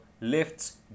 lifts